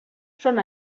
són